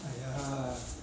!aiya!